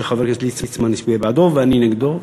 שחבר הכנסת ליצמן הצביע בעדו ואני נגדו.